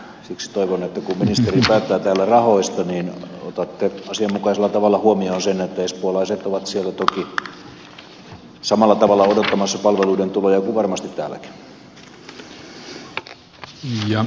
siksi toivon että kun ministeri päättää täällä rahoista niin otatte asianmukaisella tavalla huomioon sen että espoolaiset ovat siellä toki samalla tavalla odottamassa palveluiden tuloa kuin varmasti täälläkin